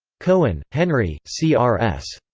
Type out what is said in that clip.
cohen, henry, c r s.